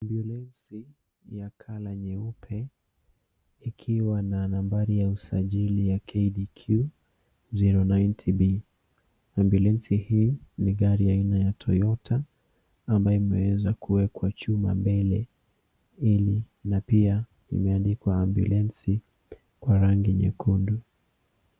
Ambulensi ya colour nyeupe ikiwa na nambari ya usajili ya KDQ 090B. Ambulensi hii ni gari aina ya Toyota ambayo imeweza kuwekwa chuma mbele na pia imeandikwa ambulensi kwa rangi nyekundu.